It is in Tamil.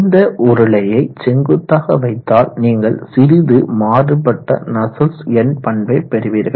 இந்த உருளையை செங்குத்தாக வைத்தால் நீங்கள் சிறிது மாறுபட்ட நஸ்சல்ட்ஸ் எண் பண்பை பெறுவீர்கள்